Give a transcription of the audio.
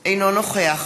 אינו נוכח